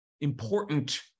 important